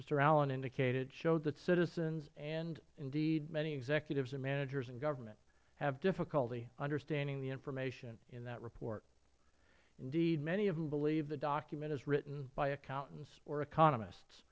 mister allen indicated showed that citizens and indeed many executives and managers in government have difficulty understanding the information in that report indeed many of whom believe the document is written by accountants or economists